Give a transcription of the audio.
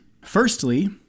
Firstly